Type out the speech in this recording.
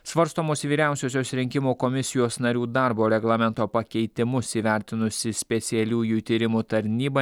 svarstomos vyriausiosios rinkimų komisijos narių darbo reglamento pakeitimus įvertinusi specialiųjų tyrimų tarnyba